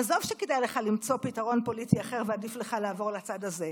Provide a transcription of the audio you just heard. עזוב שכדאי לך למצוא פתרון פוליטי אחר ושעדיף לך לעבור לצד הזה,